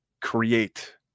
create